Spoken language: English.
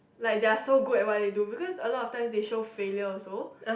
like their so good at what they do because a lot of time they show failure also